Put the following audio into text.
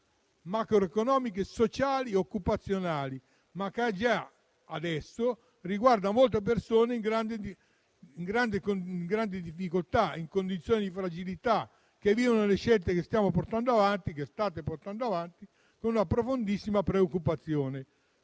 macroeconomiche, sociali e occupazionali, e che già adesso riguarda molte persone in grande difficoltà, in condizioni di fragilità che vivono le scelte che stiamo portando avanti, che state portando avanti, con una profondissima preoccupazione.